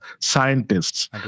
scientists